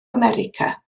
america